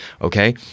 okay